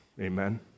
amen